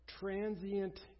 transient